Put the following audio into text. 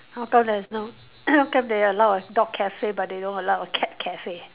how come there's no how come they allow a dog cafe but they don't allow a cat cafe